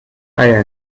eier